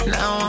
Now